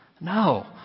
No